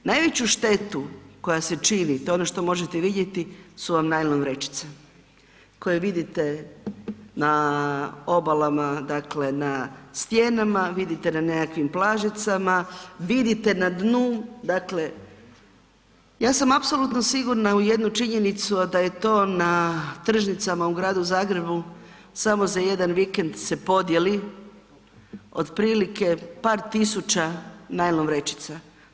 Najveću štetu koja se čini to je ono što možete i vidjeti su vam najlon vrećice, koje vidite na obalama, dakle na stijenama, vidite na nekakvim plažicama, vidite na dnu, dakle ja sam apsolutno sigurna u jednu činjenicu, a da je to na tržnicama u Gradu Zagrebu samo za jedan vikend se podijeli otprilike par tisuća najlon vrećica.